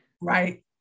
right